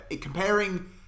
Comparing